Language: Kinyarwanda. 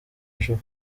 ijuru